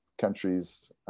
countries